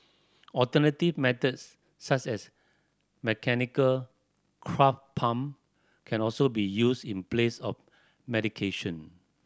alternative methods such as mechanical pump can also be used in place of medication